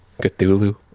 Cthulhu